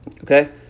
Okay